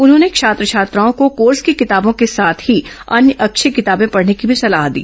उन्होंने छात्र छात्राओं को कोर्स की किताबों के साथ ही अन्य अच्छी किताबें पढ़ने की भी सलाह दी